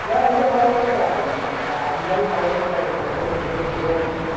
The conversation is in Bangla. না আমি তো কল করতাম আজ না হলেও কাল করতাম প্র্যাকটিকালটা হয়ে পড়ে আছে